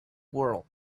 world